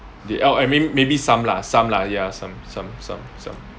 they l I mean maybe some lah some lah ya some some some some